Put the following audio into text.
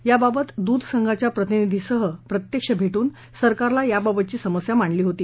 याबाबत दुधसंघाच्या प्रतिनिधीसह प्रत्यक्ष भेटून सरकारला याबाबतची समस्या मांडली होती